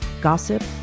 gossip